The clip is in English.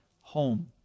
home